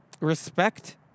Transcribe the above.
Respect